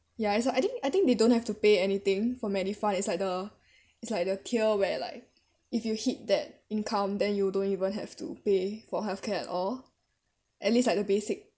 ya also I think I think they don't have to pay anything for MediFund it's like the it's like the tier where like if you hit that income then you don't even have to pay for health care at all at least like the basic